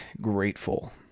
grateful